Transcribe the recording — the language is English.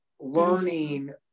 learning